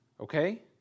okay